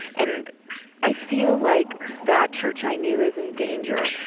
and i feel like that church i knew is in danger.